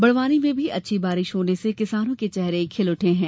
बड़वानी में भी अच्छी बारिश होने से किसानों के चेहरे खिल उठे हैं